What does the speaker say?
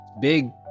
big